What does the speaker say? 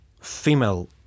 female